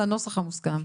לנוסח המוסכם.